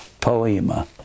Poema